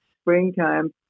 springtime